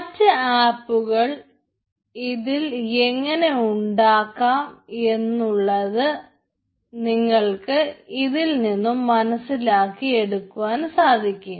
മറ്റു ആപ്പുകൾ ഇതിൽ എങ്ങനെ ഉണ്ടാക്കാം എന്നുള്ളത് നിങ്ങൾക്ക് ഇതിൽ നിന്നും മനസ്സിലാക്കി എടുക്കുവാൻ സാധിക്കും